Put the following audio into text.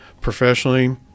Professionally